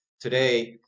today